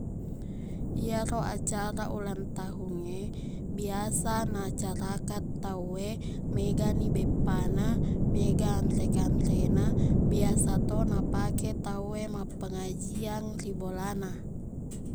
Iyaro acara ulang tahungnge, biasa na acarakaq tauwe, megani beppana, mega anre-kanrena. Biasato napake tauwe mappangajiang ri bolana.